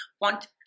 want